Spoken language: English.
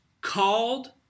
called